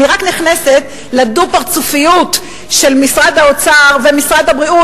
אני רק נכנסת לדו-פרצופיות של משרד האוצר ומשרד הבריאות,